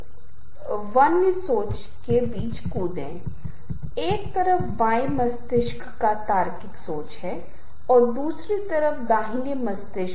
व्यवस्थित तरीके से प्रस्तुत विभिन्न पिचों के नोट्स का एक क्रम है एक संगठित तरीके से जहां रिश्तों के समूह हैं या दोहराव को एक माधुर्य माना जा सकता है